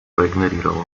проигнорировал